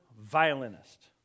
violinist